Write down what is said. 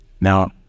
Now